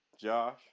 josh